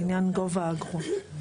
לעניין גובה האגרות.